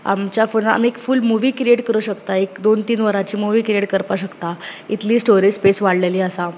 आमच्या फुरा आमी एक फूल मुवी क्रिएट करुंक शकता एक दोन तीन वरांची मुवी क्रिएट करपाक शकता इतलीं स्टोरेज स्पेस वाडलेली आसा